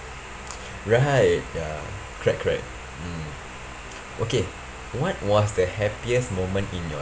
right ya correct correct mm okay what was the happiest moment in your